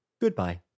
Goodbye